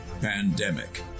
pandemic